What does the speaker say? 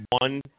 one